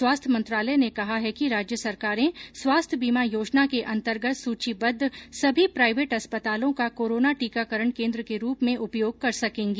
स्वास्थ्य मंत्रालय ने कहा है कि राज्य सरकारें स्वास्थ्य बीमा योजना के अंतर्गत सूचीबद्द सभी प्राइवेट अस्पतालों का कोरोना टीकाकरण केन्द्र के रूप में उपयोग कर सकेंगी